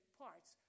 parts